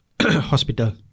hospital